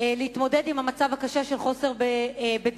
להתמודד עם המצב הקשה של חוסר דיור.